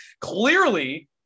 clearly